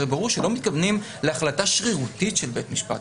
הרי ברור שלא מתכוונים להחלטה שרירותית של בית משפט.